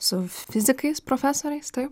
su fizikais profesoriais taip